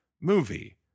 movie